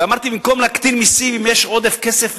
אמרתי שאם יש עודף כסף,